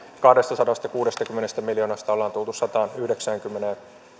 kahdestasadastakuudestakymmenestä miljoonasta ollaan tultu sataanyhdeksäänkymmeneen